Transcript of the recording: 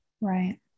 Right